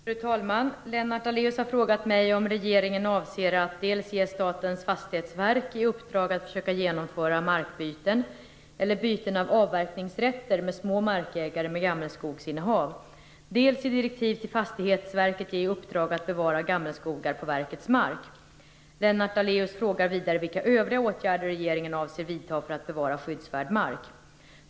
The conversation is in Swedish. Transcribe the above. Fru talman! Lennart Daléus har frågat mig om regeringen avser att dels ge Statens fastighetsverk i uppdrag att försöka genomföra markbyten eller byten av avverkningsrätter med små markägare med gammelskogsinnehav, dels i direktiv till Fastighetsverket ge i uppdrag att bevara gammelskogar på verkets mark. Lennart Daléus frågar vidare vilka övriga åtgärder regeringen avser vidta för att bevara skyddsvärd mark.